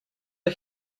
did